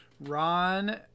Ron